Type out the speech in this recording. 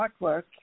artwork